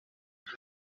aba